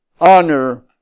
honor